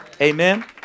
Amen